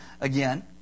again